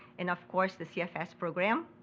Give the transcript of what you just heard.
and of course the cfs program